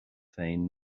féin